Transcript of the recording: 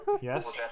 Yes